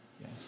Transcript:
Yes